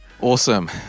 Awesome